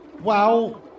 Wow